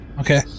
Okay